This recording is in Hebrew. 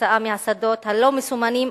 כתוצאה מהשדות הלא-מסומנים,